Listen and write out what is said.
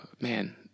man